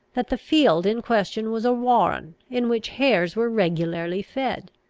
that the field in question was a warren in which hares were regularly fed.